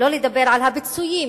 שלא לדבר על הפיצויים